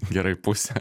gerai pusė